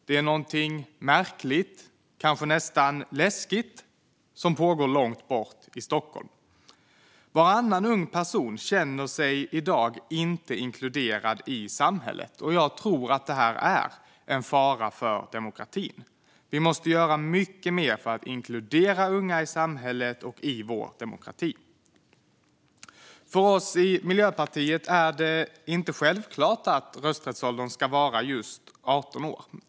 Det är någonting märkligt, kanske nästan läskigt, som pågår långt bort i Stockholm. Varannan ung person känner sig i dag inte inkluderad i samhället, och jag tror att det är en fara för demokratin. Vi måste göra mycket mer för att inkludera unga i samhället och i vår demokrati. För oss i Miljöpartiet är det inte självklart att rösträttsåldern ska vara just 18 år.